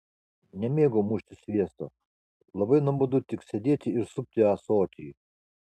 nemėgau mušti sviesto labai nuobodu tik sėdėti ir supti ąsotį